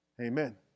Amen